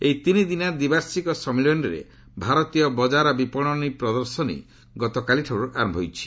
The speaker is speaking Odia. ଏହି ତିନିଦିନିଆ ଦ୍ୱିବାର୍ଷିକ ସମ୍ମିଳନୀରେ ଭାରତୀୟ ବଜାର ବିପଣନୀ ପ୍ରଦର୍ଶନୀ ଗତକାଲିଠାରୁ ଆରମ୍ଭ ହୋଇଛି